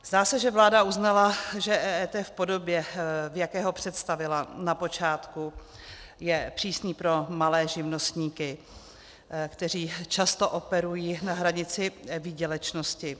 Zdá se, že vláda uznala, že EET v podobě, v jaké ho představila na počátku, je přísná pro malé živnostníky, kteří často operují na hranici výdělečnosti.